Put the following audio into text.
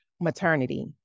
maternity